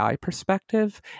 perspective